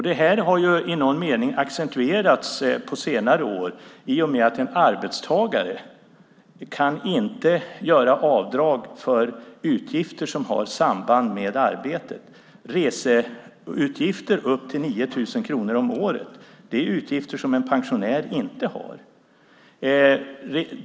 Det här har i någon mening accentuerats på senare år i och med att en arbetstagare inte kan göra avdrag för utgifter som har samband med arbete. Reseutgifter upp till 9 000 kronor om året är utgifter som en pensionär inte har.